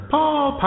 Paul